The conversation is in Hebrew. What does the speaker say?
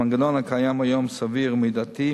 המנגנון הקיים היום סביר ומידתי,